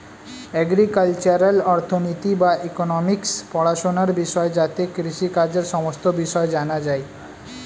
agricultural অর্থনীতি বা economics পড়াশোনার বিষয় যাতে কৃষিকাজের সমস্ত বিষয় জানা যায়